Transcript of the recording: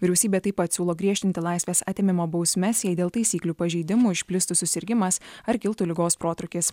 vyriausybė taip pat siūlo griežtinti laisvės atėmimo bausmes jei dėl taisyklių pažeidimų išplistų susirgimas ar kiltų ligos protrūkis